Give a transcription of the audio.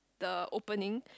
the opening